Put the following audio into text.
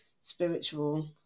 spiritual